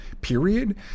Period